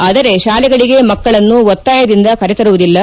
ಆದರೆ ಶಾಲೆಗಳಿಗೆ ಮಕ್ಕಳನ್ನು ಒತ್ತಾಯದಿಂದ ಕರೆತರುವುದಿಲ್ಲ